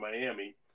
Miami